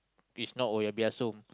if not oh-yah-peh-yah-som